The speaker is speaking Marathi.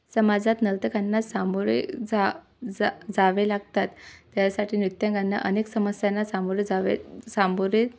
समाजात नर्तकांना सामोरे जा जा जावे लागतात त्यासाठी नृत्यांकांना अनेक समस्यांना सामोरे जावे सामोरे